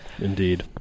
Indeed